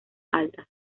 altas